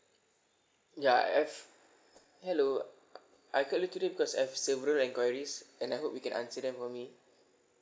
yeah I've hello I called you today because I have several enquiries and I hope you can answer them for me